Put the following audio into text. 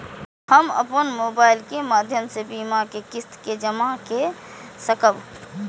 हम अपन मोबाइल के माध्यम से बीमा के किस्त के जमा कै सकब?